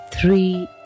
three